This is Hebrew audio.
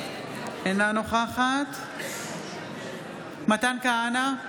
אינה נוכחת מתן כהנא,